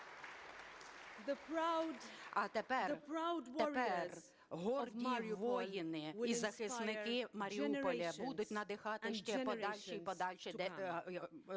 А тепер горді воїни і захисники Маріуполя будуть надихати ще подальші і подальші покоління